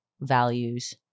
values